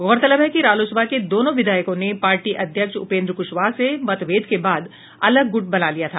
गौरतलब है कि रालोसपा के दोनों विधायकों ने पार्टी अध्यक्ष उपेन्द्र कुशवाहा से मतभेद के बाद अलग गुट बना लिया था